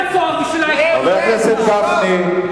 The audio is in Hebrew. בושה וחרפה.